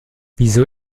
wieso